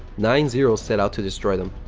nine zeros set out to destroy them.